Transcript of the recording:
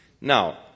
now